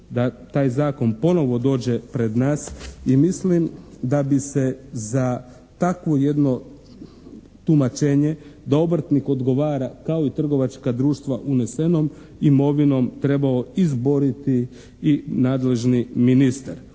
da taj zakon ponovo dođe pred nas i mislim da bi se za takvo jedno tumačenje da obrtnik odgovara kao i trgovačka društva unesenom imovinom trebao izboriti i nadležni ministar.